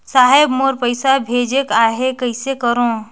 साहेब मोर पइसा भेजेक आहे, कइसे करो?